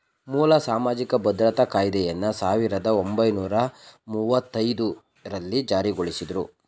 ಮೂಲ ಸಾಮಾಜಿಕ ಭದ್ರತಾ ಕಾಯ್ದೆಯನ್ನ ಸಾವಿರದ ಒಂಬೈನೂರ ಮುವ್ವತ್ತಐದು ರಲ್ಲಿ ಜಾರಿಗೊಳಿಸಿದ್ರು